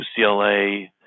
UCLA